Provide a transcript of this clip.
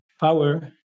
power